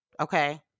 Okay